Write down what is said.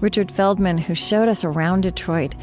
richard feldman, who showed us around detroit,